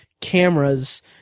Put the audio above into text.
cameras